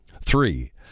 Three